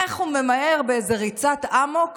איך הוא ממהר באיזה ריצת אמוק